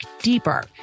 deeper